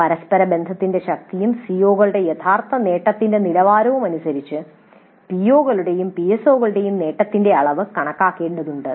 പരസ്പര ബന്ധത്തിന്റെ ശക്തിയും സിഒകളുടെ യഥാർത്ഥ നേട്ടത്തിന്റെ നിലവാരവും അനുസരിച്ച് പിഒകളുടെയും പിഎസ്ഒകളുടെയും നേട്ടത്തിന്റെ അളവ് കണക്കാക്കേണ്ടതുണ്ട്